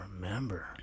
remember